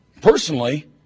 personally